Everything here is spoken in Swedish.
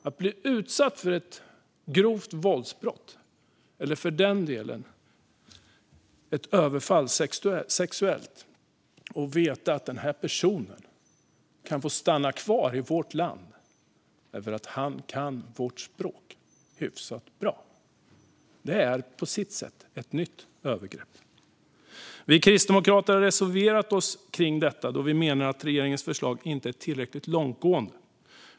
Att bli utsatt för ett grovt våldsbrott eller ett sexuellt överfall och veta att gärningsmannen kan få stanna kvar i vårt land för att han kan vårt språk hyfsat bra är på sitt sätt ett nytt övergrepp. Vi kristdemokrater har reserverat oss när det gäller detta då vi menar att regeringens förslag inte är tillräckligt långtgående.